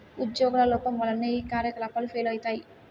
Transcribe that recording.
ఉజ్యోగుల లోపం వల్లనే ఈ కార్యకలాపాలు ఫెయిల్ అయితయి